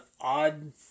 odd